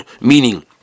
meaning